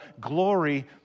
glory